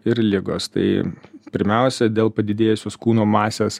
ir ligos tai pirmiausia dėl padidėjusios kūno masės